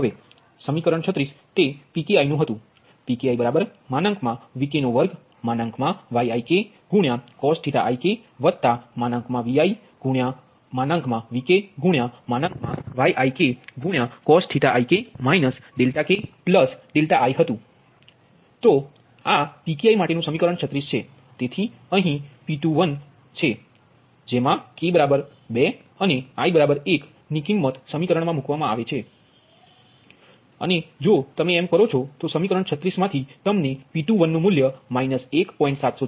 હવે સમીકરણ 36 તે Pki હતુ PkiVk2Yikcos ik ViVkYikcos ik ki તો આ Pki માટેનું સમીકરણ 36 છે તેથીઅહીં P21છે જે મા k2 i1 ની કિમ્મત સમીકરણ મા મુકવા મા આવે અને જો તમે એમ કરો છો તો સમીકરણ 36 માથી તમને P21 નુ મૂલ્ય 1